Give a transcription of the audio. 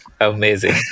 Amazing